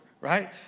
right